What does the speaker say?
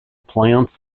plants